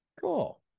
cool